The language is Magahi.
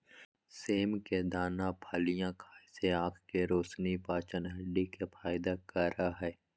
सेम के दाना फलियां खाय से आँख के रोशनी, पाचन, हड्डी के फायदा करे हइ